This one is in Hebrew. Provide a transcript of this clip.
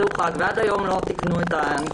זה הוחרג ועד היום לא תיקנו את החוק.